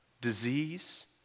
disease